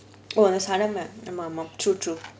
சாதாரணமா:saathaaranamaa true true